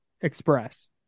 express